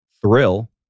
thrill